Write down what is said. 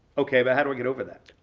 okay, but how do i get over that?